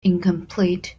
incomplete